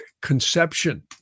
conception